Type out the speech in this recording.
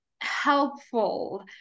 helpful